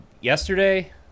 yesterday